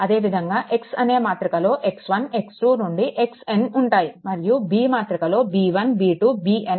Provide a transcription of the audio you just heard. అదేవిధంగా X అనే మాతృక లో x1 x2 నుండి xn ఉంటాయి మరియు B మాతృక లో b1 b2